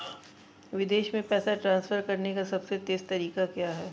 विदेश में पैसा ट्रांसफर करने का सबसे तेज़ तरीका क्या है?